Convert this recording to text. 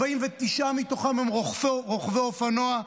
49 מתוכם הם רוכבי אופנוע.